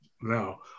now